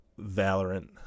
Valorant